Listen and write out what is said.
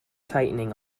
tightening